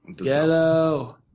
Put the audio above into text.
Yellow